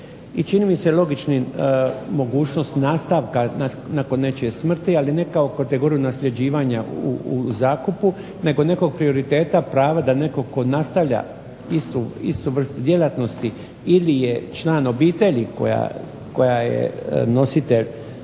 I čini mi se logičnim mogućnost nastavka nakon nečije smrti, ali ne kao kategoriju nasljeđivanja u zakupu, nego nekog prioriteta prava da netko tko nastavlja istu vrstu djelatnosti ili je član obitelji koja je nositelj